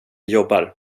jobbar